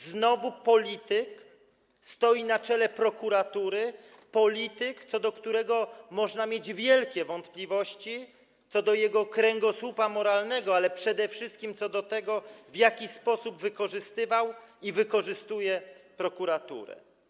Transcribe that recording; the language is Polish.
Znowu polityk stoi na czele prokuratury, polityk, co do którego można mieć wielkie wątpliwości, jeżeli chodzi o jego kręgosłup moralny, ale przede wszystkim o to, w jaki sposób wykorzystywał i wykorzystuje prokuraturę.